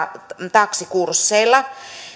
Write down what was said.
taksikursseilla